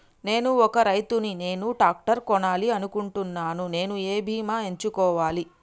నేను ఒక రైతు ని నేను ట్రాక్టర్ కొనాలి అనుకుంటున్నాను నేను ఏ బీమా ఎంచుకోవాలి?